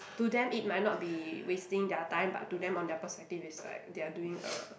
to them it might not be wasting their time but to them on their perspective it's like they are doing a